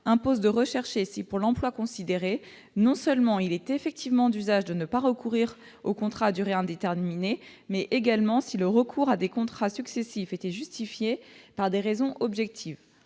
impose de rechercher, pour l'emploi considéré, non seulement s'il est effectivement d'usage de ne pas recourir au contrat à durée indéterminée, mais également si le recours à des contrats successifs est justifié par des raisons objectives.